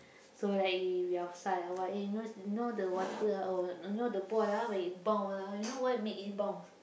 so like he if we outside or what eh you know you know the water oh you know the ball ah when it bounce ah you know what make it bounce